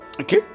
okay